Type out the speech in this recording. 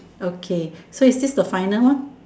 okay so is this the final one